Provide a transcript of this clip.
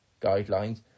guidelines